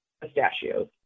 pistachios